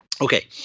Okay